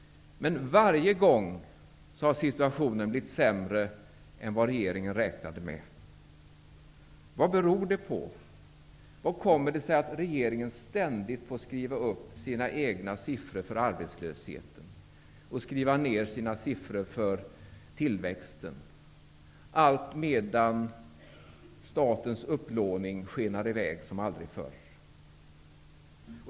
Men varje gång har situationen blivit sämre än vad regeringen räknade med. Vad beror det på? Vad kommer det sig av att regeringen ständigt måste skriva upp sina siffror för arbetslösheten och skriva ned sina siffror för tillväxten alltmedan statens upplåning skenar i väg som aldrig förr?